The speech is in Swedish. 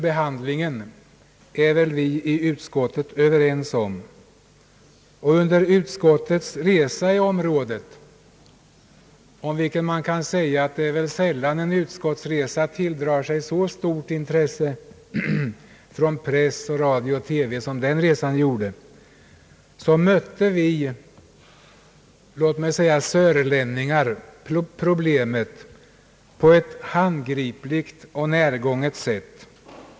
Under utskottets resa i det område det här gäller — det kan sägas att en utskottsresa sällan tilldragit sig så stort intresse från press, radio och TV som denna gjorde mötte vi sörlänningar problemet på ett handgripligt och närgånget sätt.